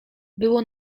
było